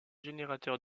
générateur